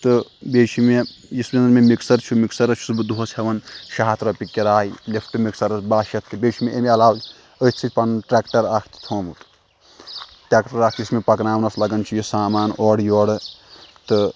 تہٕ بیٚیہِ چھُ مےٚ یُس مےٚ وۄنۍ مےٚ مِکسَر چھُ مِکسَرَس چھُس بہٕ دۄہَس ہٮ۪وان شےٚ ہَتھ رۄپیہِ کِراے لِفٹ مِکسَرَس بَہہ شَتھ تہٕ بیٚیہِ چھِ مےٚ اَمہِ علاوٕ أتھۍ سۭتۍ پَنُن ٹرٛکٹَر اَکھ تہِ تھوٚمُت ٹٮ۪کٹَر اَکھ یُس مےٚ پَکناونَس لَگان چھُ یہِ سامان اورٕ یورٕ تہٕ